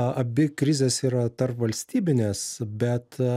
abi krizės yra tarpvalstybinės bet